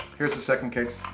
here's the second case.